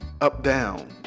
up-down